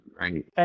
right